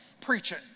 preaching